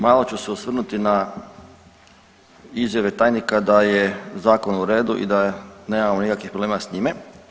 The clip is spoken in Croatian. Malo ću se osvrnuti na izjave tajnika da je zakon u redu i da nemamo nikakvih problem s njime.